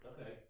Okay